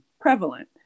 prevalent